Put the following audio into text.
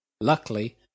Luckily